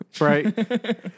Right